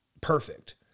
perfect